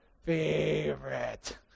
favorite